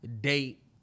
date